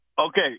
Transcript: Okay